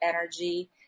energy